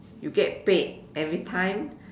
you get paid every time